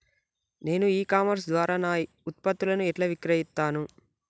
నేను e commerce ద్వారా నా ఉత్పత్తులను ఎట్లా విక్రయిత్తను?